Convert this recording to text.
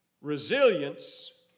Resilience